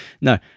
No